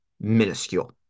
minuscule